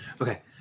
Okay